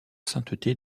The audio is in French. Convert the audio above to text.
sainteté